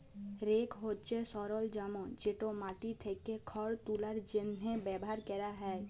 rake হছে সরলজাম যেট মাটি থ্যাকে খড় তুলার জ্যনহে ব্যাভার ক্যরা হ্যয়